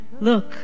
look